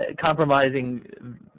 compromising